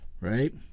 Right